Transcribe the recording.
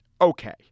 Okay